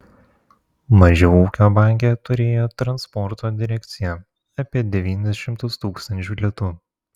mažiau ūkio banke turėjo transporto direkcija apie devynis šimtus tūkstančių litų